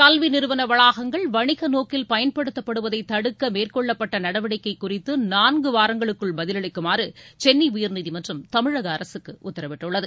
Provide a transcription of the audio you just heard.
கல்வி நிறுவன வளாகங்கள் வணிக நோக்கில் பயன்படுத்தப்படுவதை தடுக்க மேற்கொள்ளப்பட்ட நடவடிக்கை குறித்து நான்கு வாரங்களுக்குள் பதிலளிக்குமாறு சென்னை உயர்நீதிமன்றம் தமிழக அரசுக்கு உத்தரவிட்டுள்ளது